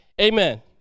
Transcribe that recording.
Amen